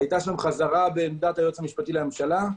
היתה שם חזרה בעמדת היועץ המשפטי לממשלה.